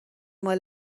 مال